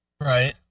right